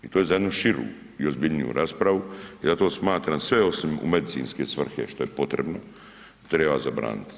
I to je za jednu širu i ozbiljniju raspravu i zato smatram sve osim u medicinske svrhe što je potrebno treba zabraniti.